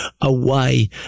away